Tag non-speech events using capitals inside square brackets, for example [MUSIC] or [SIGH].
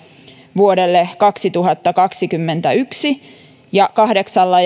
vuodelle kaksituhattakaksikymmentäyksi ja kahdeksalla [UNINTELLIGIBLE]